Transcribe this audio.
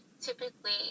typically